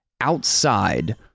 outside